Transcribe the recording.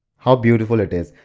how beautiful it is.